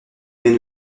mais